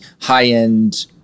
high-end